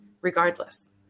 regardless